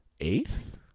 eighth